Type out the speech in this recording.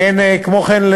כמו כן,